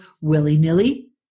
willy-nilly